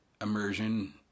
immersion